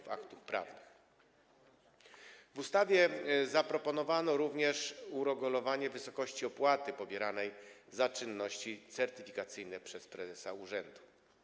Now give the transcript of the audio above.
W ustawie zaproponowano również uregulowanie wysokości opłaty pobieranej za czynności certyfikacyjne przez prezesa urzędu.